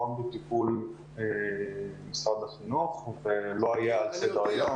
בטיפול משרד החינוך ולא היה על סדר היום.